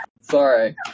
Sorry